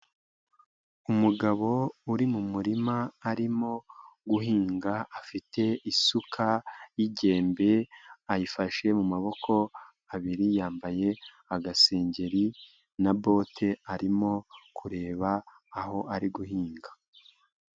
Umugabo uri mu murima arimo guhinga afite isuka y'ingembe ayifashe mu maboko abiri yambaye agasengeri na bote arimo kureba aho ari guhinga.